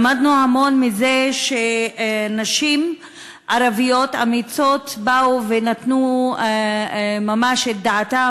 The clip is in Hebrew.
למדנו המון מזה שנשים ערביות אמיצות באו ונתנו ממש את דעתן,